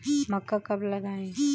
मक्का कब लगाएँ?